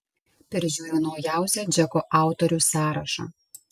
peržiūriu naujausią džeko autorių sąrašą